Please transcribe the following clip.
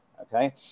okay